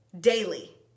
daily